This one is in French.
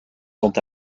sont